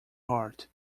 heart